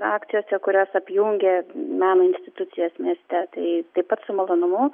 akcijose kurios apjungia meno institucijas mieste tai taip pat su malonumu